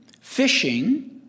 fishing